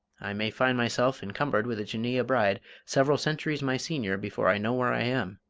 i may find myself encumbered with a jinneeyeh bride several centuries my senior before i know where i am.